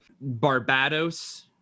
Barbados